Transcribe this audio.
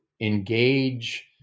engage